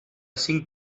cinc